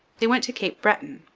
they went to cape breton,